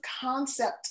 concept